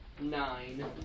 Nine